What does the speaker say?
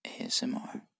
ASMR